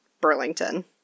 Burlington